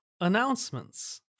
announcements